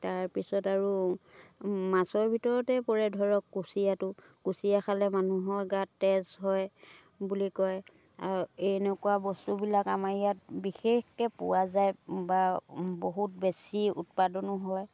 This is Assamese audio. তাৰপিছত আৰু মাছৰ ভিতৰতে পৰে ধৰক কুছিয়াটো কুছিয়া খালে মানুহৰ গাত তেজ হয় বুলি কয় আৰু এনেকুৱা বস্তুবিলাক আমাৰ ইয়াত বিশেষকৈ পোৱা যায় বা বহুত বেছি উৎপাদনো হয়